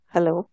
Hello